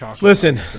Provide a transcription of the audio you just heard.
Listen